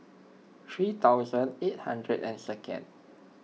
three thousand eight hundred and second